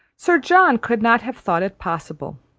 sir john, could not have thought it possible.